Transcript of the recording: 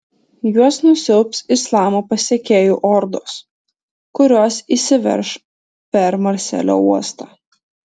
juos nusiaubs islamo pasekėjų ordos kurios įsiverš per marselio uostą